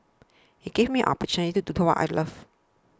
it gave me an opportunity to do what I love